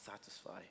satisfy